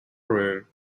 room